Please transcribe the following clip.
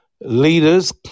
leaders